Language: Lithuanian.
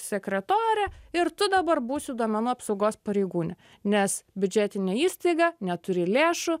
sekretore ir tu dabar būsiu duomenų apsaugos pareigūnė nes biudžetinė įstaiga neturi lėšų